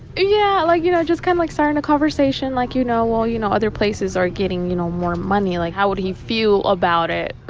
yeah. like, you know, just kind of, like, starting a conversation. like, you know well, you know, other places are getting, you know, more money. like, how would he feel about it?